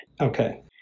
Okay